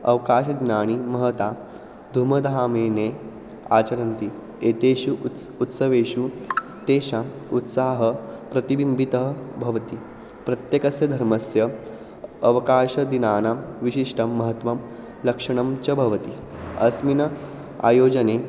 अवकाशदिनानि महता धुमधामेने आचरन्ति एतेषु उत उत्सवेषु तेषाम् उत्साहः प्रतिबिम्बितः भवति प्रत्येकस्य धर्मस्य अवकाशदिनानां विशिष्टं महत्त्वं लक्षणं च भवति अस्मिन् आयोजने